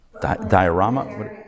Diorama